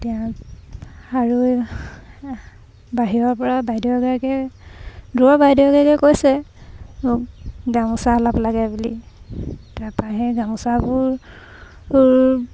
আৰু বাহিৰৰ পৰা বাইদেউ এগৰাকীয়ে দূৰৰ বাইদেউ এগৰাকীয়ে কৈছে মোক গামোচা অলপ লাগে বুলি তাৰপা সেই গামোচাবোৰ